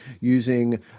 using